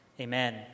Amen